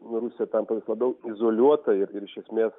nu rusija tampa vis labiau izoliuota ir iš esmės